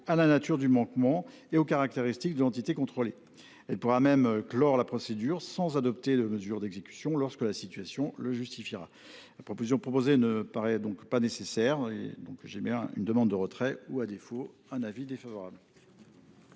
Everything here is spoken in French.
à la nature du manquement et aux caractéristiques de l’entité contrôlée. Elle pourra même clore la procédure sans adopter de mesures d’exécution lorsque la situation le justifiera. La disposition proposée ne paraît donc pas nécessaire. C’est pourquoi la commission spéciale demande le retrait de cet amendement ; à défaut, elle